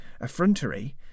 effrontery